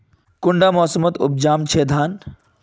कुंडा मोसमोत उपजाम छै धान?